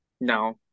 No